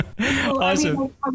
Awesome